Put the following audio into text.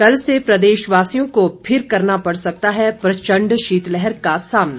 कल से प्रदेशवासियों को फिर करना पड़ सकता है प्रचंड शीतलहर का सामना